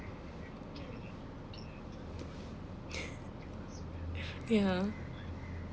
ya